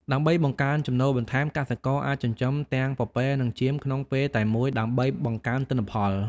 ដើម្បីបង្កើនចំណូលបន្ថែម កសិករអាចចិញ្ចឹមទាំងពពែនិងចៀមក្នុងពេលតែមួយដើម្បីបង្កើនទិន្នផល។